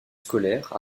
scolaires